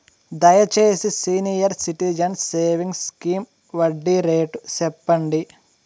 దయచేసి senior citizens savings scheme వడ్డీ rate సెప్పండి